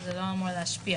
זה לא אמור להשפיע.